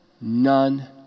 none